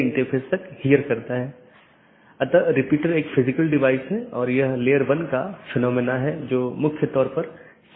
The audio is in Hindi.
नेटवर्क लेयर रीचैबिलिटी की जानकारी जिसे NLRI के नाम से भी जाना जाता है